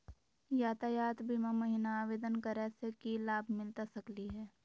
यातायात बीमा महिना आवेदन करै स की लाभ मिलता सकली हे?